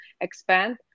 expand